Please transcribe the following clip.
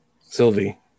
Sylvie